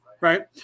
Right